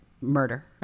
murder